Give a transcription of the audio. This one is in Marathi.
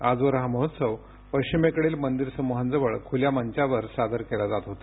आजवर हा महोत्सव पशिमेकडील मंदिर समूहांजवळ खुल्या मंचावर सादर केला जात होता